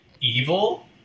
Evil